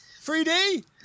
3D